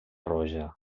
roja